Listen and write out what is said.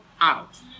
out